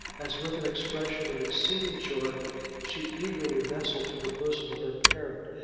as with an expression of exceeding joy she eagerly nestled to the bosom of her parent,